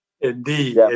Indeed